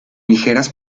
ligeras